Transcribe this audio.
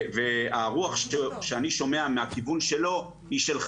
והרוח שאני שומע מהכיוון שלו היא של,